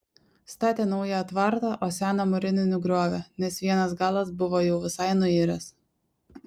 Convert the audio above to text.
statė naują tvartą o seną mūrinį nugriovė nes vienas galas buvo jau visai nuiręs